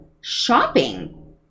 shopping